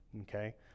okay